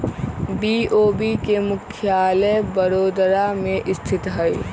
BOB के मुख्यालय बड़ोदरा में स्थित हइ